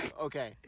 Okay